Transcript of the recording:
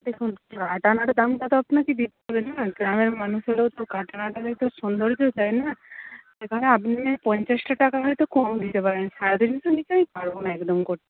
দেখুন কাটানোর দামটা তো আপনাকে দিতে হবে না গ্রামের মানুষেরও তো কাটানোটা তো সৌন্দর্য দেয় না সেখানে আপনি পঞ্চাশটা টাকা হয়তো কম দিতে পারেন সাড়ে তিনশোর নীচে আমি পারব না একদম করতে